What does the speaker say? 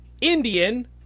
Indian